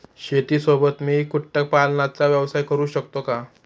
शेतीसोबत मी कुक्कुटपालनाचा व्यवसाय करु शकतो का?